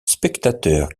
spectateurs